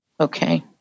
okay